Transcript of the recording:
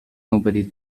nobody